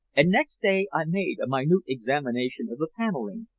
and next day i made a minute examination of the paneling,